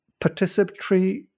participatory